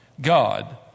God